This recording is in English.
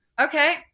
Okay